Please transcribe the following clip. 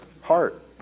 heart